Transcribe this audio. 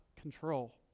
control